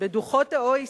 בדוחות ה-OECD.